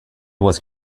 was